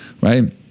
right